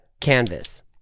canvas